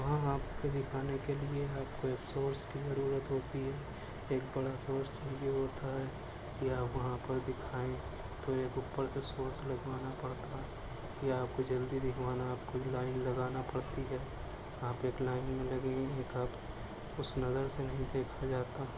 وہاں آپ کو دکھانے کے لیے کوئی سورس کی ضرورت ہوتی ہے ایک بڑا سورس چاہیے ہوتا ہے یا وہاں پر دکھائیں تو ایک اوپر سے سورس لگوانا پڑتا ہے یا آپ کو جلدی دکھوانا ہے آپ کو لائن لگانا پڑتی ہے آپ ایک لائن میں لگے ہیں ایک آپ اس نظر سے نہیں دیکھا جاتا